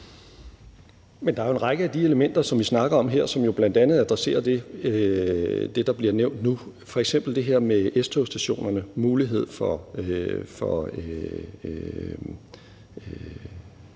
Men der er jo en række af de elementer, som vi snakker om her, som jo bl.a. adresserer det, der bliver nævnt nu. F.eks. vil det her med S-togsstationerne og muligheden for